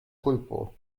kulpo